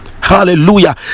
Hallelujah